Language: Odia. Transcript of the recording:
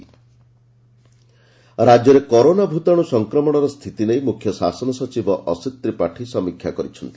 କରୋନା ଭାଇରସ ରାଜ୍ୟରେ କରୋନା ଭୂତାଣୁ ସଂକ୍ରମଣର ସ୍ଥିତି ନେଇ ମୁଖ୍ୟ ଶାସନ ସଚିବ ଅଶିତ ତ୍ରିପାଠୀ ସମୀକ୍ଷା କରିଛନ୍ତି